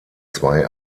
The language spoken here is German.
zwei